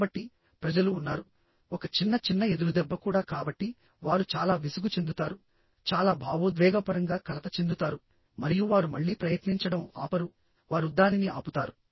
కాబట్టి ప్రజలు ఉన్నారు ఒక చిన్న చిన్న ఎదురుదెబ్బ కూడా కాబట్టి వారు చాలా విసుగు చెందుతారు చాలా భావోద్వేగపరంగా కలత చెందుతారు మరియు వారు మళ్లీ ప్రయత్నించడం ఆపరు వారు దానిని ఆపుతారు